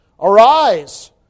Arise